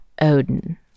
Odin